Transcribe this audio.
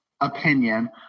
opinion